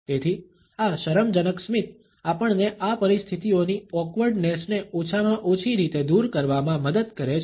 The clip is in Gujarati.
તેથી આ શરમજનક સ્મિત આપણને આ પરિસ્થિતિઓની ઓકવર્ડનેસ ને ઓછામાં ઓછી રીતે દૂર કરવામાં મદદ કરે છે